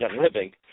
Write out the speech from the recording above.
living